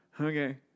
okay